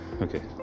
Okay